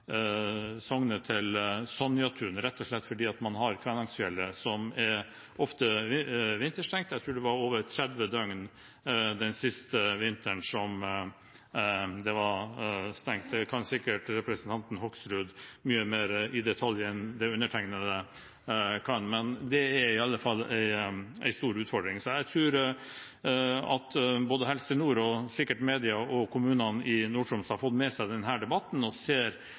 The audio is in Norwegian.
til Sonjatun helsesenter, rett og slett fordi man har Kvænangsfjellet, som ofte er vinterstengt. Jeg tror det var stengt i mer enn 30 døgn sist vinter. Det kan sikkert representanten Hoksrud mye mer i detalj enn undertegnede kan. Men det er i alle fall en stor utfordring. Jeg tror at Helse Nord, og sikkert også media og kommunene i Nord-Troms, har fått med seg denne debatten og ser